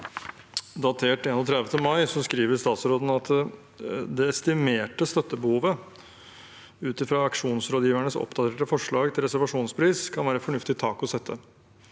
fase av Sørlege Nordsjø II «Det estimerte støttebehovet ut ifra auksjonsrådgivernes oppdaterte forslag til reservasjonspris kan være et fornuftig tak å sette.»